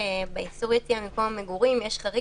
באיסור יציאה ממקום מגורים יש חריג